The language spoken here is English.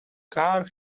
car